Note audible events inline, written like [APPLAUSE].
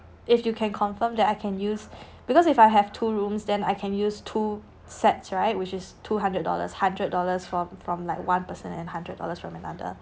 if you can confirm that I can use [BREATH] because if I have two rooms then I can use two sets right which is two hundred dollars hundred dollars from from like one person and hundred dollars from another